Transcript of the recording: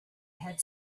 had